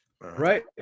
Right